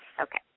Okay